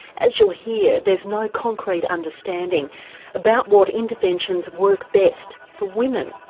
as you'll hear, there's no concrete understanding about what interventions work best for women.